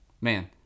man